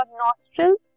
nostrils